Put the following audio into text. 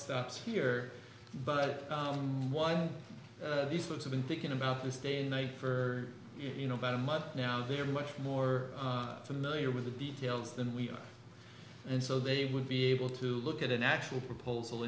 stops here but one of these folks have been thinking about this day and night for you know about a month now they're much more familiar with the details than we are and so they would be able to look at an actual proposal